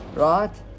right